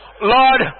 Lord